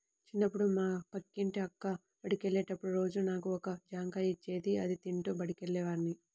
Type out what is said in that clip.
చిన్నప్పుడు మా పక్కింటి అక్క బడికెళ్ళేటప్పుడు రోజూ నాకు ఒక జాంకాయ ఇచ్చేది, అది తింటూ బడికెళ్ళేవాడ్ని